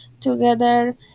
together